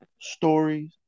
stories